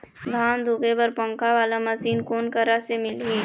धान धुके बर पंखा वाला मशीन कोन करा से मिलही?